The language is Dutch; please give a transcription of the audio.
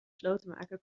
slotenmaker